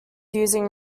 using